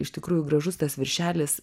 iš tikrųjų gražus tas viršelis